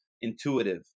intuitive